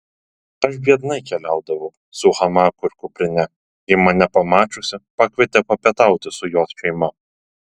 aš biednai keliaudavau su hamaku ir kuprine ji mane pamačiusi pakvietė papietauti su jos šeima